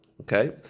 Okay